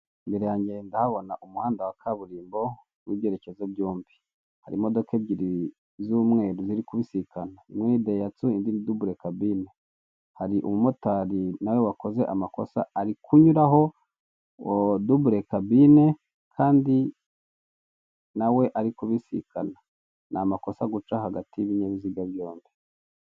Imbere yanjye ndahabona umuhanda wa kaburimbo w'ibyerekezo byombi, hari imodoka ebyiri z'umweru ziri kubisikana imwe ni dayihatsu indi ni dubule kabine, hari umumotari nawe wakoze amakosa ari kunyuraho dubule kabine kandi nawe ari kubisikana ni amakosa guca hagati y'ibinyabiziga byombi.